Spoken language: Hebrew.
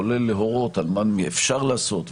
כולל להורות מה אפשר לעשות,